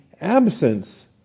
absence